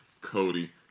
Cody